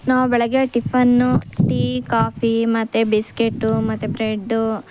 ನಾವು ಬೆಳಗ್ಗೆ tiffin tea coffee ಮತ್ತು ಬಿಸ್ಕೆಟ್ಟು ಮತ್ತು ಬ್ರೆಡ್ಡು